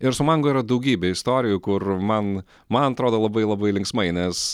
ir su mango yra daugybė istorijų kur man man atrodo labai labai linksmai nes